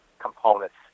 components